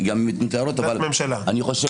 עמדת ממשלה.